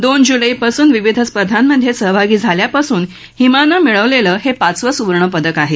दोन जूलै पासून विविध स्पर्धांमध्ये सहभागी झाल्यापासून हिमानं मिळवलेलं हे पाचवं सुवर्णपदक आहे